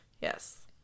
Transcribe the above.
Yes